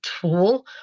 tool